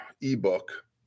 ebook